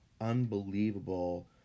unbelievable